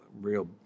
real